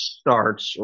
starts